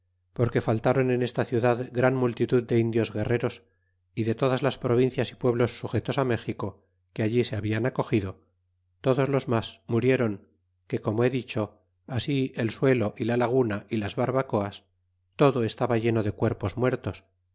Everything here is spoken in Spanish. porque faltáron en esta ciudad gran multitud de indios guerreros y de todas las provincias y pueblos sujetos á mexico que allí se hablan acogido todos los mas murieron que corno he dicho así el suelo y la laguna y barbacoas todo estaba lleno de cuerpos muertos